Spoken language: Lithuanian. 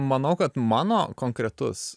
manau kad mano konkretus